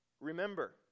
Remember